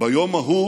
"ביום ההוא